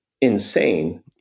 insane